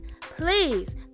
please